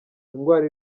indwara